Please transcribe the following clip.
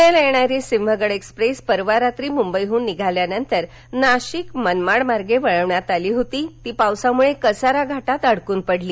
पुण्याला येणारी सिंहगड एक्सप्रेस परवा रात्री मुंबईहून निघाल्यानंतर नाशीक मनमाड मार्गे वळवली होती ती पावसामुळं कसारा घाटात अडकून पडली